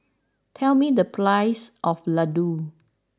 tell me the price of Ladoo